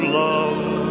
love